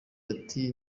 ati